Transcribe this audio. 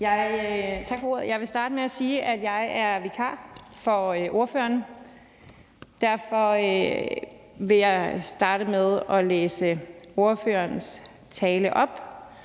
Jeg vil starte med at sige, at jeg er vikar for ordføreren. Derfor vil jeg starte med at læse ordførerens tale op,